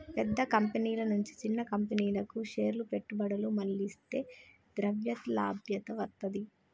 పెద్ద కంపెనీల నుంచి చిన్న కంపెనీలకు షేర్ల పెట్టుబడులు మళ్లిస్తే ద్రవ్యలభ్యత వత్తది